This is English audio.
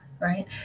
right